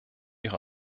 ihre